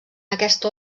aquesta